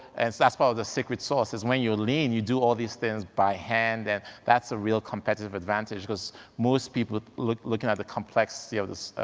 and so that's part of the secret sauce is when you're lean, you do all these things by hand and that's a real competitive advantage because most people looking at the complexity of the,